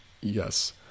Yes